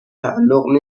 تعلق